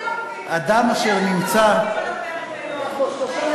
איזה יופי, בדיוק היום כשיש כמה חוקים